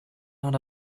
out